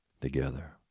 together